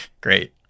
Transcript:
Great